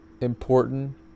important